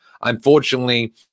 Unfortunately